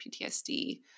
PTSD